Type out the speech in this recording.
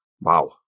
Wow